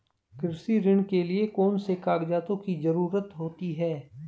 कृषि ऋण के लिऐ कौन से कागजातों की जरूरत होती है?